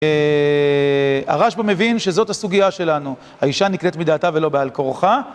הרשבא מבין שזאת הסוגיה שלנו, האישה נקראת מדעתה ולא בעל כורחה